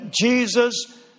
Jesus